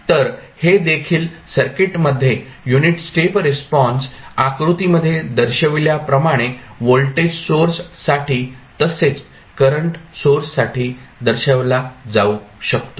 तर हे देखील सर्किटमध्ये युनिट स्टेप रिस्पॉन्स आकृतीमध्ये दर्शविल्याप्रमाणे व्होल्टेज सोर्ससाठी तसेच करंट सोर्ससाठी दर्शवला जाऊ शकतो